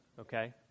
okay